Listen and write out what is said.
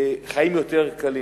חיים יותר קלים.